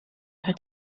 her